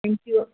thank you